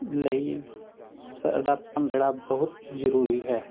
ਲਈ ਸਾਡਾ ਭੰਗੜਾ ਬਹੁਤ ਜ਼ਰੂਰੀ ਹੈ